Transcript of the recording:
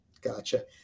Gotcha